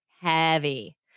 Heavy